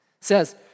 says